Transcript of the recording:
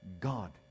God